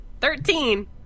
Thirteen